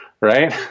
right